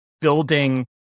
building